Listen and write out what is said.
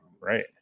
right